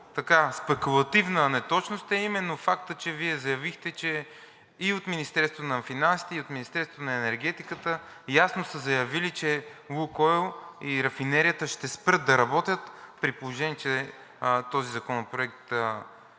много спекулативна неточност е именно факта, че Вие заявихте, че и от Министерството на финансите, и от Министерството на енергетиката, ясно са заявили, че „Лукойл“ и рафинерията ще спрат да работят, при положение че този законопроект